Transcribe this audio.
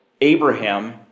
Abraham